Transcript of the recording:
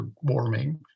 warming